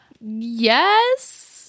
yes